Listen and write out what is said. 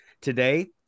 Today